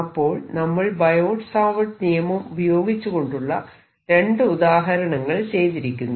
അപ്പോൾ നമ്മൾ Biot Savart നിയമം ഉപയോഗിച്ചുകൊണ്ടുള്ള രണ്ട് ഉദാഹരണങ്ങൾ ചെയ്തിരിക്കുന്നു